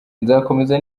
nzakomeza